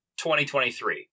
2023